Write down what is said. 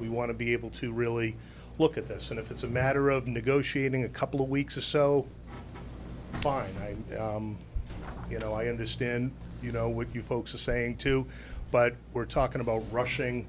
we want to be able to really look at this and if it's a matter of negotiating a couple of weeks or so finite you know i understand you know what you folks are saying too but we're talking about rushing